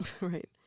Right